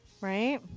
right.